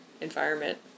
environment